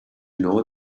know